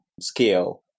scale